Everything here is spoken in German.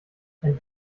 ein